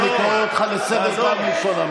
אני קורא אותך לסדר פעם ראשונה.